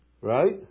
Right